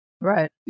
Right